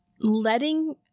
letting